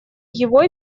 его